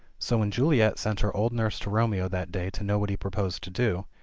so when juliet sent her old nurse to romeo that day to know what he purposed to do,